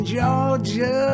Georgia